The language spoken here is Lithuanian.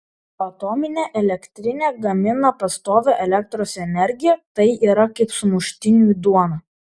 atominė elektrinė gamina pastovią elektros energiją tai yra kaip sumuštiniui duona